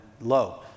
low